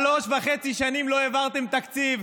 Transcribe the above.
שלוש שנים וחצי לא העברתם תקציב.